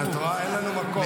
את רואה, אין לנו מקום.